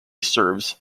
serves